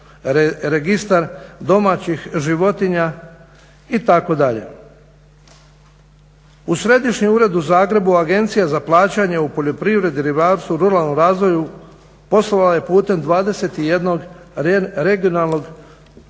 Registar domaćih životinja itd. U Središnji ured u Zagrebu Agencija za plaćanje u poljoprivredi, ribarstvu, ruralnom razvoju poslala je putem 21. regionalnog